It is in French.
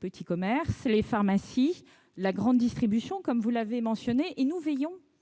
petits commerces, les pharmacies, auprès de la grande distribution, comme vous l'avez mentionné. Nous veillons,